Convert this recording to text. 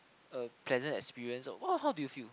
a pleasant experience what how do you feel